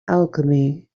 alchemy